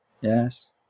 Yes